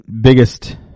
biggest